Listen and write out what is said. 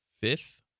fifth